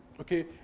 Okay